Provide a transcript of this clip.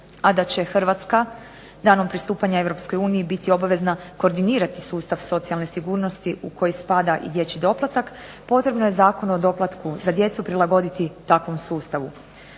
a da će Hrvatska danom pristupanja Europskoj uniji biti obvezna koordinirati sustav socijalne sigurnosti u koji spada i dječji doplatak, potrebno je Zakon o doplatku za djecu prilagoditi takvom sustavu.